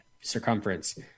circumference